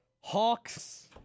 Hawks